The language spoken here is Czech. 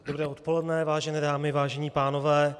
Dobré odpoledne, vážené dámy, vážení pánové.